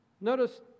Notice